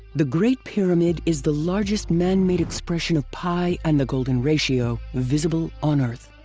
the great pyramid is the largest manmade expression of pi and the golden ratio visible on earth.